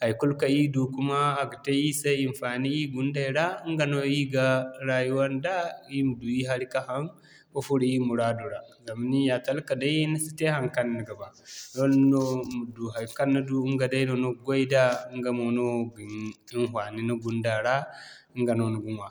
haikulu kaŋ ir du kuma a ga te ir se hinfaani ir gunday ra, ɲga no ir ga raayuwa nda ir ma du ir hari ka haŋ ka furo ir muraadu ra. Zama ni ya talka day ni si te haŋkaŋ ni ga ba. Doole no ma du haŋkaŋ ni du ɲga day no ni ga goy daa, ɲga mo no ga hinfaani ni gunda ra ɲga no ni ga ɲwa.